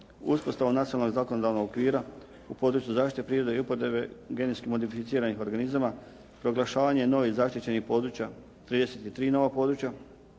uspostava nacionalnog i zakonodavnog okvira u području zaštite prirode i upotrebe genetski modificiranih organizama, proglašavanje novih zaštićenih područja 33 nova područja,